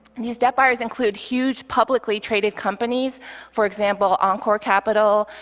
and these debt buyers include huge publicly traded companies for example, encore capital,